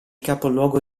capoluogo